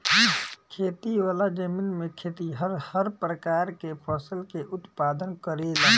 खेती वाला जमीन में खेतिहर हर प्रकार के फसल के उत्पादन करेलन